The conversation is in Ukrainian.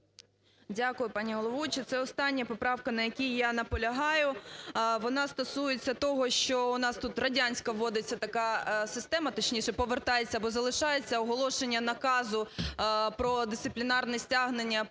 Дякую, пані головуюча. Це остання поправка, на якій я наполягаю. Вона стосується того, що у нас тут радянська вводиться така система, точніше повертається, бо залишається оголошення наказу про дисциплінарне стягнення